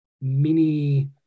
mini